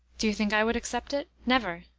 do you think i would accept it? never!